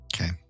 Okay